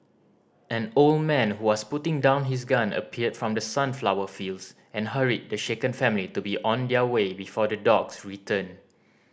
an old man who was putting down his gun appeared from the sunflower fields and hurried the shaken family to be on their way before the dogs return